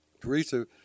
Teresa